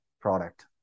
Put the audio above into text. product